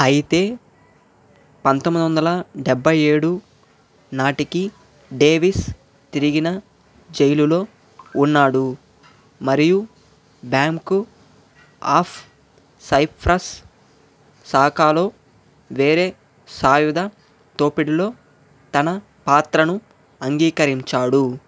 అయితే పంతొమ్మిది వందల డెబ్బై ఏడు నాటికి డేవిస్ తిరిగిన జైలులో ఉన్నాడు మరియు బ్యాంక్ ఆఫ్ సైప్రస్ శాఖలో వేరే సాయుధ దోపిడీలో తన పాత్రను అంగీకరించాడు